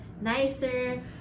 nicer